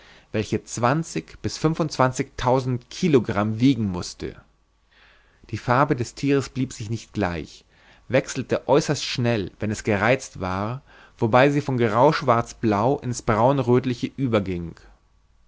welche zwanzig bis fünfundzwanzigtausend kilogramm wiegen mußte die farbe des thieres blieb sich nicht gleich wechselte äußerst schnell wenn es gereizt war wobei sie von grauschwarzblau in's braunröthliche überging